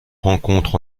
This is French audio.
rencontre